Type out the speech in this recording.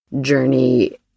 journey